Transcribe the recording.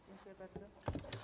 Dziękuję bardzo.